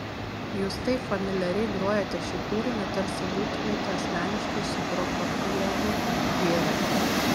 jūs taip familiariai grojate šį kūrinį tarsi būtumėte asmeniškai su prokofjevu gėrę